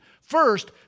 First